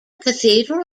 cathedral